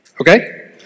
Okay